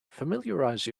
familiarize